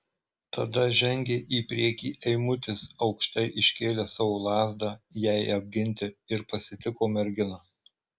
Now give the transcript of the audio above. tada žengė į priekį eimutis aukštai iškėlęs savo lazdą jai apginti ir pasitiko merginą